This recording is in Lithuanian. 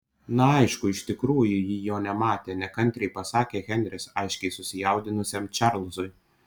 na aišku iš tikrųjų ji jo nematė nekantriai pasakė henris aiškiai susijaudinusiam čarlzui